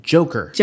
Joker